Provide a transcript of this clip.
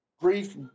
Brief